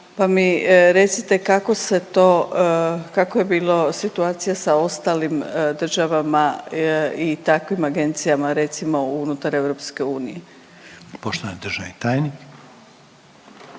pa mi recite kako se to, kakva je bila situacija sa ostalim država i takvim agencijama recimo unutar EU? **Reiner, Željko (HDZ)** Poštovani državni tajnik.